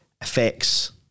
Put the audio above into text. affects